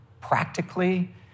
practically